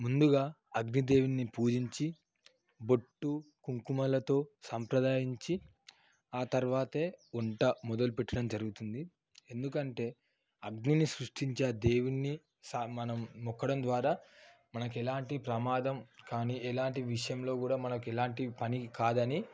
ముందుగా అగ్ని దేవున్ని పూజించి బొట్టు కుంకుమలతో సంప్రదాయించి ఆ తర్వాతే వంట మొదలు పెట్టడం జరుగుతుంది ఎందుకంటే అగ్నిని సృష్టించిన దేవున్ని సన్మానం మొక్కడం ద్వారా మనకు ఎలాంటి ప్రమాదం కానీ ఎలాంటి విషయంలో కూడా మనకు ఎలాంటి హాని కాదని